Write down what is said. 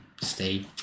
stay